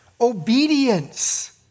obedience